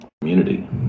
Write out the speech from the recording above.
community